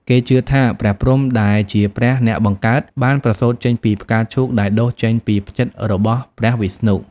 គេជឿថាព្រះព្រហ្ម ដែលជាព្រះអ្នកបង្កើត បានប្រសូតចេញពីផ្កាឈូកដែលដុះចេញពីផ្ចិតរបស់ព្រះវិស្ណុ។